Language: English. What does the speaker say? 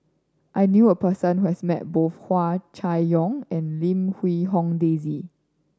I knew a person who has met both Hua Chai Yong and Lim Quee Hong Daisy